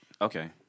okay